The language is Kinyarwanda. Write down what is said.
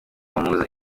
bamubaza